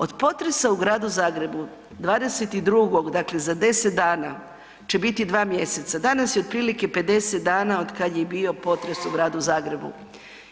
Od potresa u Gradu Zagrebu 22.dakle za 10 dana će biti dva mjeseca, danas je otprilike 50 dana od kada je bio potres u Gradu Zagrebu